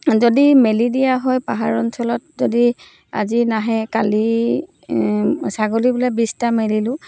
যদি মেলি দিয়া হয় পাহাৰ অঞ্চলত যদি আজি নাহে কালি ছাগলী বোলে বিছটা মেলিলোঁ